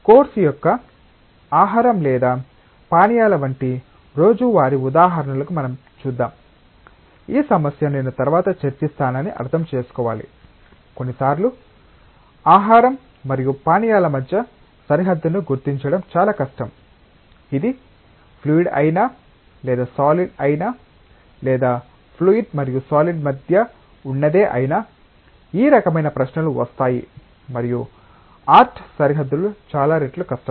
course యొక్క ఆహారం లేదా పానీయాల వంటి రోజువారీ ఉదాహరణలకు మనం చూద్దాం ఈ సమస్యను నేను తరువాత చర్చిస్తానని అర్థం చేసుకోవాలి కొన్నిసార్లు ఆహారం మరియు పానీయాల మధ్య సరిహద్దును గుర్తించడం చాలా కష్టం ఇది ఫ్లూయిడ్ అయినా లేదా సాలిడ్ అయినా లేదా ఫ్లూయిడ్ మరియు సాలిడ్ మధ్య ఉన్నదే అయినా ఈ రకమైన ప్రశ్నలు వస్తాయి మరియు ఆర్ట్ సరిహద్దులు చాలా రెట్లు కష్టం